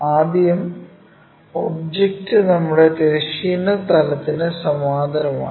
ആദ്യം ഒബ്ജക്റ്റ് നമ്മുടെ തിരശ്ചീന തലത്തിന് സമാന്തരമാണ്